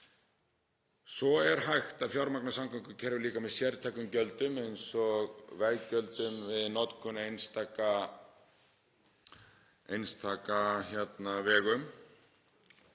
Svo er hægt að fjármagna samgöngukerfið líka með sértækum gjöldum eins og veggjöldum við notkun á einstaka vegum.